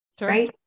Right